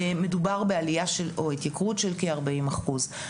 מדובר בהתייקרות של כ-40 אחוז,